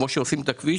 כפי שעושים את הכביש,